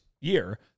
year